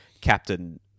captain